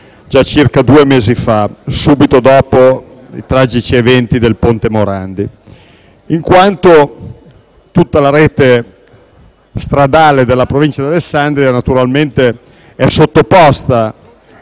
circa due mesi fa, subito dopo i tragici eventi del ponte Morandi, in quanto tutta la rete stradale della provincia di Alessandria è sottoposta